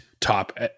top